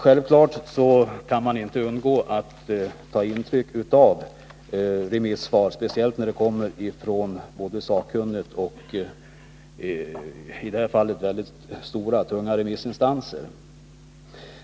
Självfallet kan man inte undgå att ta intryck av remissvar, speciellt när de kommer från både sakkunniga och, som i det här fallet, tungt vägande remissinstanser.